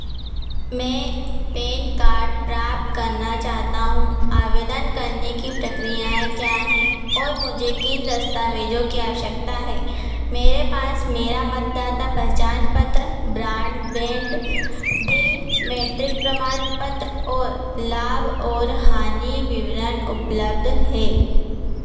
मैं PAN card प्राप्त करना चाहता हूँ आवेदन करने की प्रक्रियाएं क्या हैं और मुझे किन दस्तावेजों की आवश्यकता है मेरे पास मेरा मतदाता पहचान पत्र ब्रांडबैंड बिल मेट्रिक प्रमाणपत्र और लाभ और हानी विवरण उपलब्ध है